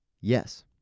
Yes